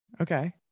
Okay